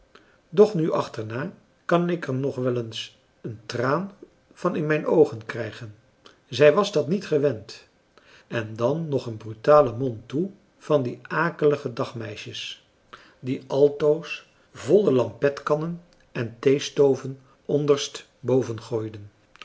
doch nu achterna kan ik er nog wel eens een traan van in mijn oogen krijgen zij was dat niet gewend en dan nog een brutale mond toe van die akelige dagmeisjes die altoos volle lampetkannen en theestoven onderstboven gooiden